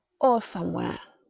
or somewhere.